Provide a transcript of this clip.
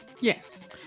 Yes